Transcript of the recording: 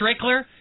Strickler